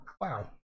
wow